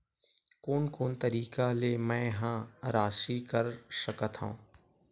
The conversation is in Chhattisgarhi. कोन कोन तरीका ले मै ह राशि कर सकथव?